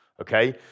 okay